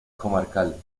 comarcal